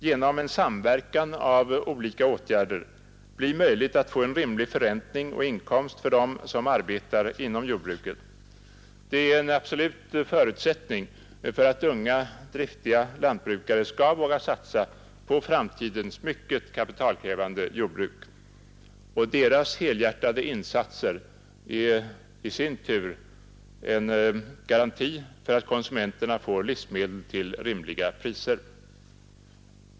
Genom en samverkan av olika åtgärder måste det bli möjligt att få en rimlig förräntning och en rimlig inkomst för dem som arbetar inom jordbruket. Det är en absolut förutsättning för att unga, driftiga lantbrukare skall våga satsa på framtidens mycket kapitalkrävande jordbruk. Och deras helhjärtade insatser är i sin tur en garanti för att konsumenterna får livsmedel till rimliga priser.